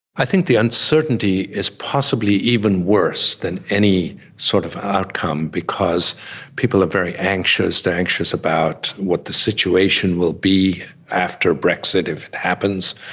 i think the uncertainty is possibly even worse than any sort of outcome because people are very anxious. they are anxious about what the situation will be after brexit, if it happens,